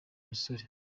musore